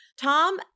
Tom